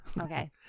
okay